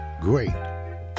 great